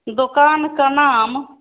दुकान का नाम